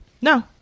No